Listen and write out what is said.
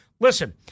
listen